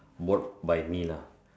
work by me lah